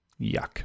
Yuck